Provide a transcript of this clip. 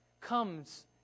comes